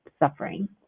Suffering